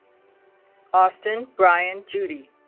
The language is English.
austin brian judy